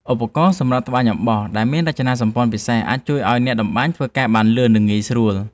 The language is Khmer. ឧបករណ៍សម្រាប់ត្បាញអំបោះដែលមានរចនាសម្ព័ន្ធពិសេសអាចជួយឱ្យអ្នកតម្បាញធ្វើការបានលឿន និង ងាយស្រួល។